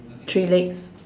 three legs